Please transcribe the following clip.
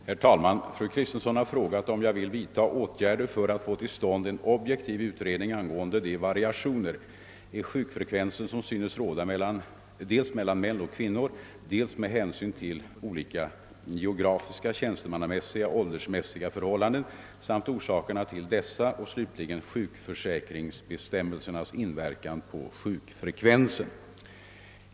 Herr talman! Fru Kristensson har frågat om jag vill »vidtaga åtgärder för att få till stånd en objektiv utredning angående de variationer i sjukfrekvensen som synes råda dels mellan män och kvinnor, dels med hänsyn till olika geografiska, tjänstemässiga och åldersmässiga förhållanden, samt orsakerna till dessa och slutligen sjukförsäkringsbestämmelsernas inverkan på sjukfrekvensen».